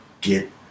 get